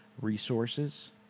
resources